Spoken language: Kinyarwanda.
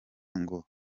ngo